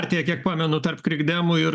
tiek kiek pamenu tarp krikdemų